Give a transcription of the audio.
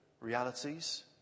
realities